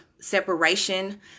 separation